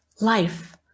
life